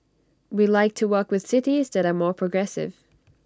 we like to work with cities that are more progressive